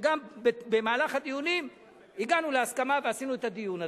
שגם במהלך הדיונים הגענו להסכמה ועשינו את הדיון הזה.